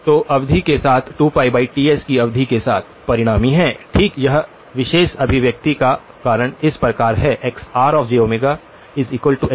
तो अवधि के साथ 2πTs की अवधि के साथ परिणामी है ठीक इस विशेष अभिव्यक्ति का कारण इस प्रकार हैXrjΩHrjΩXejΩTs